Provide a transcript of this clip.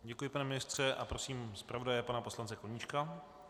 Děkuji, pane ministře, a prosím zpravodaje pana poslance Koníčka.